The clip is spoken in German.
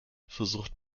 versucht